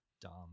Dumb